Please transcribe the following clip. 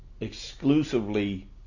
exclusively